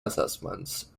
assessments